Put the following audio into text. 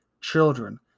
children